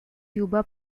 tuba